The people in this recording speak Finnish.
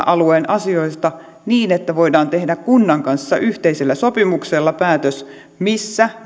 alueen omissa asioissa niin että voitaisiin tehdä kunnan kanssa yhteisellä sopimuksella päätös missä